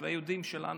ליהודים,